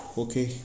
okay